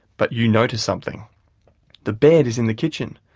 but you noticed something the bed is in the kitchen,